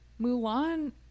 Mulan